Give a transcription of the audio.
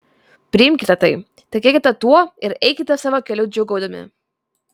priimkite tai tikėkite tuo ir eikite savo keliu džiūgaudami